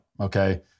Okay